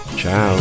ciao